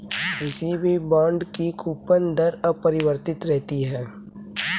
किसी भी बॉन्ड की कूपन दर अपरिवर्तित रहती है